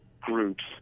groups